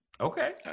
Okay